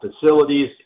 facilities